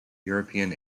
european